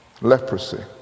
leprosy